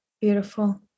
Beautiful